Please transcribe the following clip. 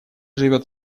живет